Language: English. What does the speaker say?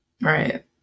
Right